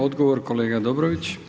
Odgovor kolega Dobrović.